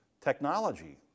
technology